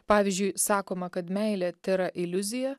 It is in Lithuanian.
pavyzdžiui sakoma kad meilė tėra iliuzija